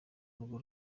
urwo